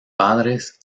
padres